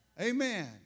Amen